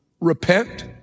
repent